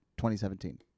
2017